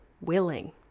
willing